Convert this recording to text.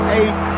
eight